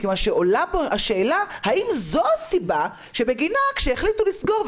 מכיוון שעולה פה השאלה: האם זו הסיבה שבגינה כשהחליטו לסגור,